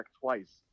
twice